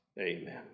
amen